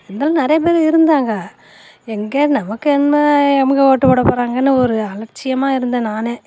இருந்தாலும் நிறைய பேர் இருந்தாங்க எங்கே நமக்கு என்ன நமக்கு ஓட்டு போட போகிறாங்கனு ஒரு அலட்சியமாக இருந்தேன் நானே